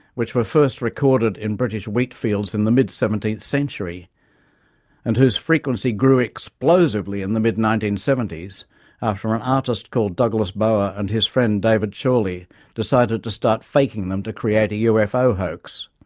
which were first recorded in british wheat fields in the mid seventeenth century and whose frequency grew explosively in the mid nineteen seventy s after an artist called douglas bower and his friend david chorley decided to start faking them to create a ufo hoax.